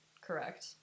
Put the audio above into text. correct